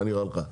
מה נראה לך?